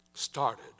started